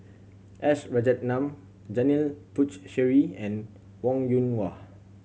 S Rajaratnam Janil Puthucheary and Wong Yoon Wah